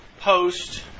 post